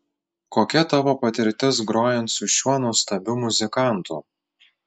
kokia tavo patirtis grojant su šiuo nuostabiu muzikantu